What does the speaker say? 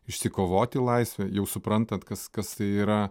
išsikovoti laisvę jau suprantat kas kas tai yra